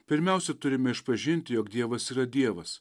pirmiausia turime išpažinti jog dievas yra dievas